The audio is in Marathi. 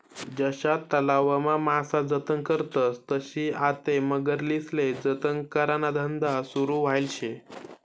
जशा तलावमा मासा जतन करतस तशी आते मगरीस्ले जतन कराना धंदा सुरू व्हयेल शे